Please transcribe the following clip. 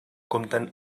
compten